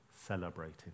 celebrating